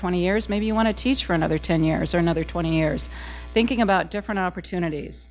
twenty years maybe you want to teach for another ten years or another twenty years thinking about different opportunities